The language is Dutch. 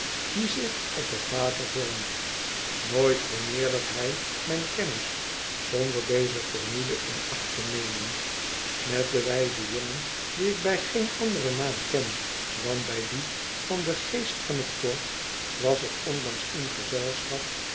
die zich op t water vormt nooit vermeerdert hij mijn kennis zonder deze formule in acht te nemen met den wijzen jongen dien ik bij geen anderen naam ken dan bij dien van den g eest van t eort was ik onlangs in gezelschap